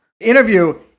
interview